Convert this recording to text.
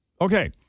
Okay